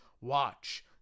watch